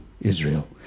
Israel